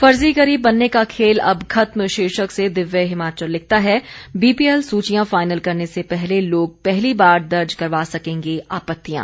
फर्जी गरीब बनने का खेल अब खत्म शीर्षक से दिव्य हिमाचल लिखता है बीपीएल सूचियां फाइनल करने से पहले लोग पहली बार दर्ज करवा सकेंगे आपत्तियां